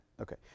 Okay